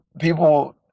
people